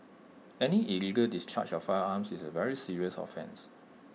any illegal discharge of firearms is A very serious offence